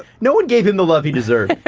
no one gave him the love he deserved.